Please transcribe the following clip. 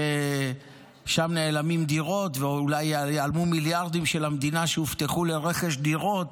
שם נעלמות דירות ואולי ייעלמו מיליארדים של המדינה שהובטחו לרכש דירות,